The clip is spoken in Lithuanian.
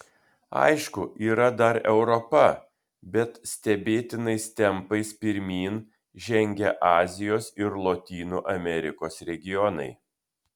aišku yra dar europa bet stebėtinais tempais pirmyn žengia azijos ir lotynų amerikos regionai